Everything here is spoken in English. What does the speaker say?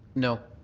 no.